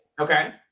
Okay